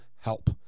help